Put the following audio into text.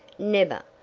never!